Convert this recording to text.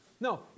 No